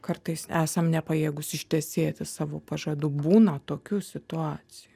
kartais esam nepajėgūs ištesėti savo pažadų būna tokių situacijų